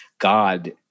God